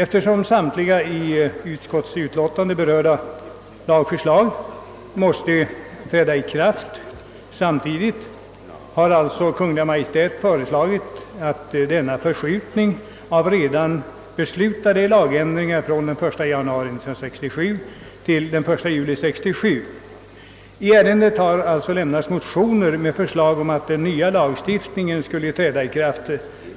Eftersom samtliga i utskottsutlåtandet behandlade lagförslag måste träda i kraft samtidigt har Kungl. Maj:t därför föreslagit den nämnda ändringen av tidpunkten för ikraftträdandet från den 1 januari 1967 till den 1 juli samma år. I motioner har föreslagits att den nya lagstiftningen skulle träda i kraft